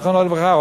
זיכרונו לברכה,